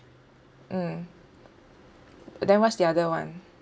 mm then what's the other one